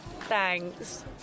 Thanks